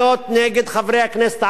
נגד הציבור הערבי,